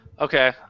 Okay